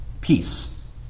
peace